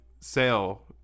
sale